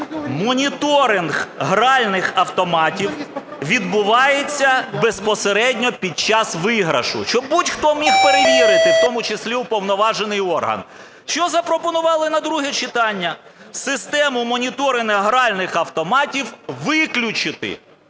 Моніторинг гральних автоматів відбувається безпосередньо під час виграшу, щоб будь-хто міг перевірити, в тому числі уповноважений орган. Що запропонували на друге читання? Систему моніторингу гральних автоматів виключити.